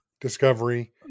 Discovery